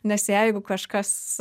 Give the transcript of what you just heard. nes jeigu kažkas